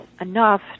enough